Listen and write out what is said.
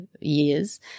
years